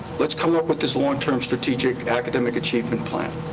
let's come up with this long-term strategic academic achievement plan.